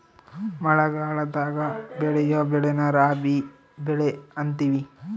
ಮಳಗಲದಾಗ ಬೆಳಿಯೊ ಬೆಳೆನ ರಾಬಿ ಬೆಳೆ ಅಂತಿವಿ